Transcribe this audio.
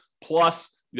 plus